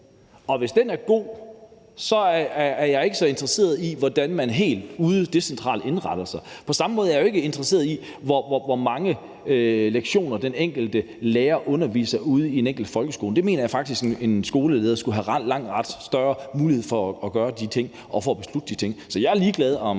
Hvis den er god, er jeg ikke så interesseret i, hvordan man helt ude decentralt indretter sig. På samme måde er jo ikke interesseret i, hvor mange lektioner den enkelte lærer underviser i ude på den enkelte folkeskole – jeg mener faktisk, at en skoleleder skulle have langt større mulighed for at beslutte de ting. Så jeg er lige glad, om